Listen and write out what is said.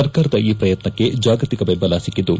ಸರ್ಕಾರದ ಈ ಪ್ರಯತ್ನಕ್ಕೆ ಜಾಗತಿಕ ಬೆಂಬಲ ಸಿಕ್ಕಿದ್ದು